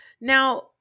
now